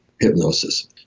hypnosis